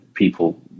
people